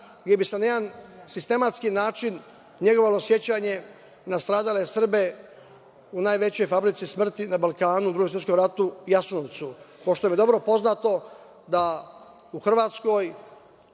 gde bi se na jedan sistematski način negovalo sećanje na nastradale Srbe u najvećoj fabrici smrti na Balkanu u Drugom svetskom ratu, Jasenovcu. Pošto nam je dobro poznato da u Hrvatskoj